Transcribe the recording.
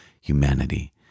humanity